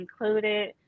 included